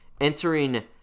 entering